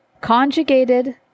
Conjugated